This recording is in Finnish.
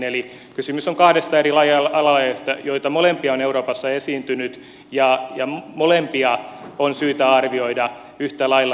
eli kysymys on kahdesta eri alalajista joita molempia on euroopassa esiintynyt ja molempia on syytä arvioida yhtä lailla samoin perustein